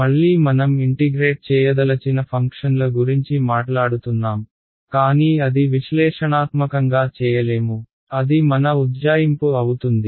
మళ్లీ మనం ఇంటిగ్రేట్ చేయదలచిన ఫంక్షన్ల గురించి మాట్లాడుతున్నాం కానీ అది విశ్లేషణాత్మకంగా చేయలేము అది మన ఉజ్జాయింపు అవుతుంది